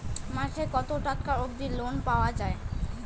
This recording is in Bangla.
মাসে কত টাকা অবধি লোন পাওয়া য়ায়?